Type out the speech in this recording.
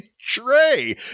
tray